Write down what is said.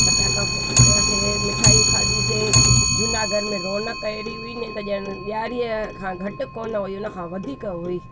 फटाका फोड़ियासीं मिठाइयूं खाधियुसीं जूनागढ़ में रौनक अहिड़ी हुई ने त ॼणु ॾियारीअ खां घटि कोन हुई उनखां वधीक हुई